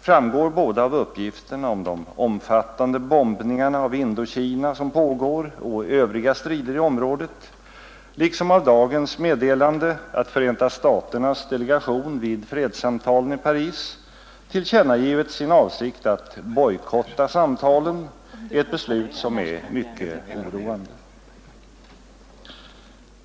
framgår såväl av uppgifterna om de omfattande bombningar av Indokina som pågår och om övriga strider i området som av dagens meddelande att Förenta staternas delegation vid fredssamtalen i Paris tillkännagivit sin avsikt att bojkotta samtalen, ett beslut som är mycket oroande.